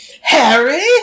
Harry